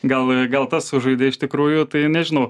gal gal tas sužaidė iš tikrųjų tai nežinau